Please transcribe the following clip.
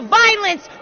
violence